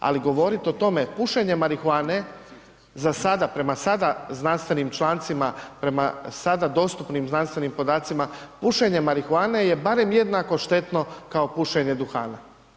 Ali govorit o tome, pušenje marihuane za sada, prema sada znanstvenim člancima, prema sada dostupnim znanstvenim podacima, pušenje marihuane je barem jednako štetno kao pušenje duhana.